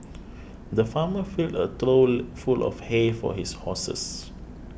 the farmer filled a trough full of hay for his horses